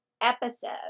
episode